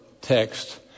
text